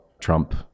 Trump